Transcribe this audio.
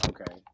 Okay